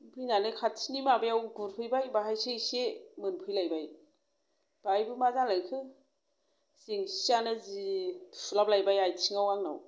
फैनानै खाथिनि माबायाव गुरफैबाय बाहायसो इसे मोनफैलायबाय बाहायबो मा जालायखो जेंसियानो जि थुलाबलायबाय आयथिङाव आंनाव